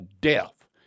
death